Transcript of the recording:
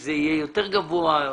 זה יהיה יותר גבוה.